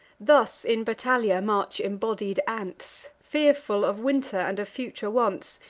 thus, in battalia, march embodied ants, fearful of winter, and of future wants,